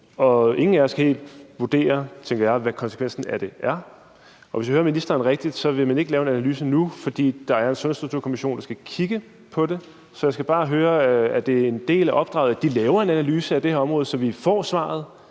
og ingen af os kan helt vurdere, tænker jeg, hvad konsekvensen af det er. Hvis jeg hører ministeren rigtigt, vil man ikke lave en analyse nu, fordi der er en Sundhedsstrukturkommission, der skal kigge på det. Så jeg skal bare høre, om det er en del af opdraget, at de laver en analyse af det her område, så vi får svaret.